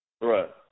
Right